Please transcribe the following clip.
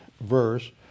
verse